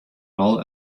all